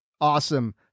awesome